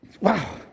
Wow